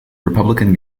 republican